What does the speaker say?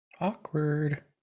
Awkward